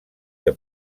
que